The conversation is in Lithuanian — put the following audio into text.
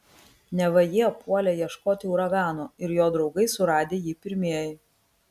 neva jie puolę ieškoti uragano ir jo draugai suradę jį pirmieji